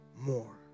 more